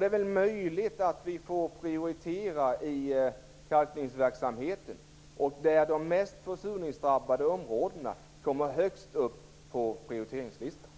Det är möjligt att vi får prioritera i kalkningsverksamheten, och de mest försurningsdrabbade områdena kommer då högst upp på prioriteringslistan.